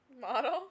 Model